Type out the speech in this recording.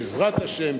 בעזרת השם,